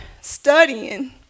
studying